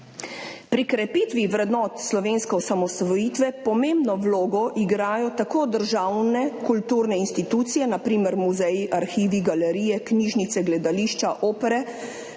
Pri krepitvi vrednot slovenske osamosvojitve pomembno vlogo igrajo tako državne kulturne institucije, na primer muzeji, arhivi, galerije, knjižnice, gledališča, opere,